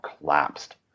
collapsed